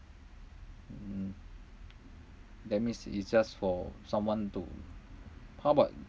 um that means it's just for someone to how about